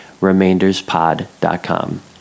remainderspod.com